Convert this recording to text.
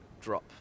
drop